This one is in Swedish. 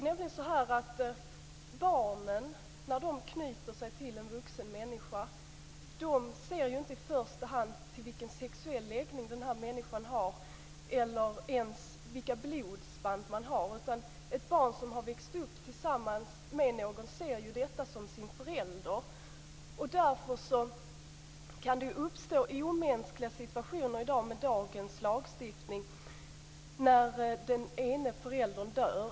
När barn knyter an till en vuxen människa ser de ju inte i första hand till vilken sexuell läggning som den människan har eller ens till vilka blodsband man har. Ett barn som har växt upp tillsammans med någon ser ju han eller hon som sin förälder. Därför kan det uppstå omänskliga situationer med dagens lagstiftning när den ena föräldern dör.